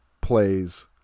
plays